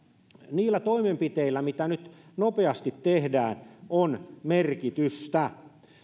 niillä toimenpiteillä mitä nyt nopeasti tehdään on merkitystä